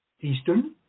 Eastern